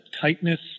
tightness